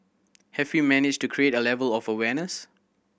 have we managed to create a level of awareness